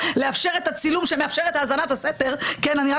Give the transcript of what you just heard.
לאפשר את הצילום שמאפשר את האזנת הסתר אני רק